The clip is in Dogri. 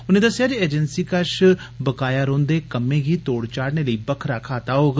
उनें दस्सेआ जे एजेंसी कश बकाया रौह्दे कम्में गी तोड़ चाढ़ने लेई बक्खरा खाता होग